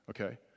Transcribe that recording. okay